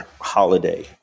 holiday